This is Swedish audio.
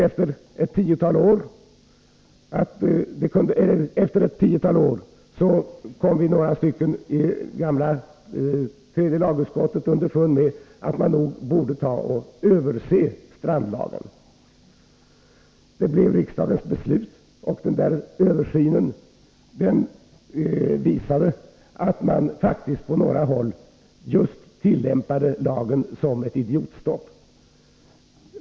Efter ett tiotal år kom emellertid några ledamöter av det gamla tredje lagutskottet underfund med att man nog borde se över strandlagen. Det blev riksdagens beslut, och översynen visade att man på några håll faktiskt tillämpade lagen som ett idiotstopp.